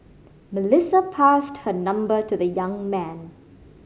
Melissa passed her number to the young man